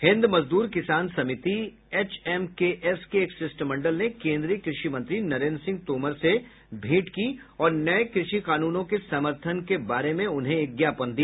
हिन्द Mazdoor Kisan Samiti HMKS के एक शिष्टमंडल ने केन्द्रीय क्रषि मंत्री नरेन्द्र सिंह तोमर से भेंट की और नये कृषि कानूनों के समर्थन के बारे में उन्हें एक ज्ञापन दिया